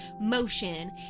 motion